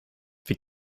wir